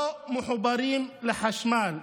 לא מחוברים לחשמל.